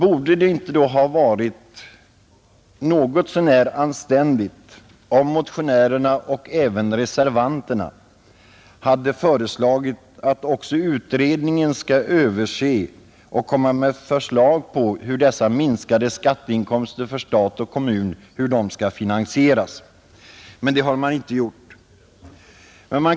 Borde det inte ha varit något så när anständigt om motionärerna — och även reservanterna — hade föreslagit att utredningen också skulle lägga fram förslag till hur dessa minskade skatteinkomster för stat och kommun skall kompenseras. Men det har de inte gjort.